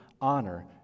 honor